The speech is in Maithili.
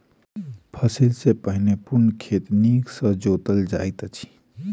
फसिल सॅ पहिने पूर्ण खेत नीक सॅ जोतल जाइत अछि